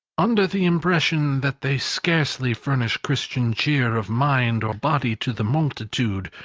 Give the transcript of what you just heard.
under the impression that they scarcely furnish christian cheer of mind or body to the multitude,